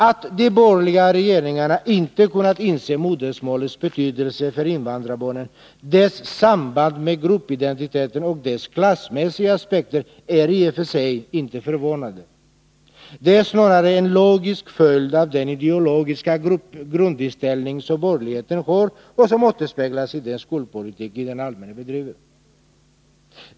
Att de borgerliga regeringarna inte kunnat inse modersmålets betydelse förinvandrarbarnen, dess samband med gruppidentiteten och dess klassmässiga aspekter, är i och för sig inte förvånande. Det är snarare en logisk följd av denideologiska grundinställning som borgerligheten har och som återspeglas i den skolpolitik de allmänt bedriver.